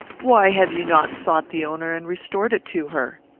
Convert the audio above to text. why have you not sought the owner and restored it to her?